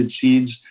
seeds